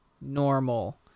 normal